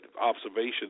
observation